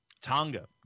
Tonga